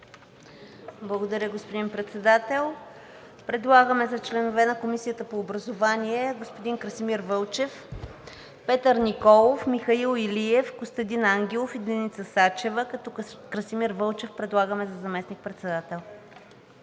Благодаря, господин Председател. Предлагаме за членове на Комисията по образование господин Красимир Вълчев, Петър Николов, Михаил Илиев, Костадин Ангелов и Деница Сачева, като Красимир Вълчев предлагаме за заместник-председател.